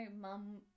mum